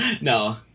No